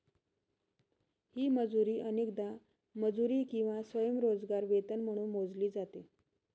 ही मजुरी अनेकदा मजुरी किंवा स्वयंरोजगार वेतन म्हणून मोजली जाते